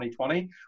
2020